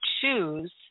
choose